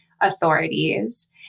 authorities